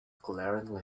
glaringly